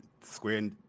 Square